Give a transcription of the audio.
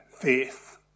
faith